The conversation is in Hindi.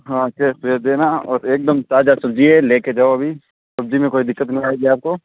हाँ कैश भेज देना और एकदम ताज़ी सब्ज़ी है लेकर जाओ अभी सब्ज़ी में कोई दिक्कत नहीं आएगी आपको